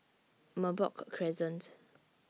Merbok Crescent